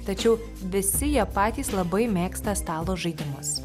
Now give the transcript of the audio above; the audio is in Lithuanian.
tačiau visi jie patys labai mėgsta stalo žaidimus